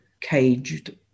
caged